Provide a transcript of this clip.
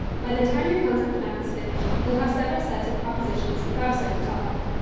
by the time your concept map is finished, you'll have several sets of propositions about a certain topic.